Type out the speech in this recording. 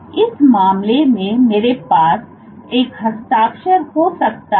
इस मामले में मेरे पास एक हस्ताक्षर हो सकता है